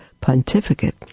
pontificate